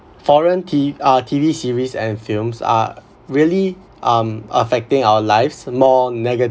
foreign T~ uh T_V series and films are really um affecting our lives more